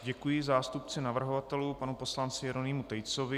Děkuji zástupci navrhovatelů panu poslanci Jeronýmu Tejcovi.